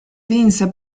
vinse